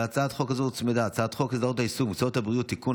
להצעת החוק הזאת הוצמדה הצעת חוק הסדרת העיסוק במקצועות הבריאות (תיקון,